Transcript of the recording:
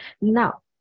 Now